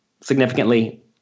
significantly